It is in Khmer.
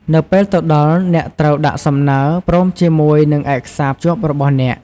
នៅពេលទៅដល់ អ្នកត្រូវដាក់សំណើរ ព្រមជាមួយនិងឯកសារភ្ជាប់របស់អ្នក។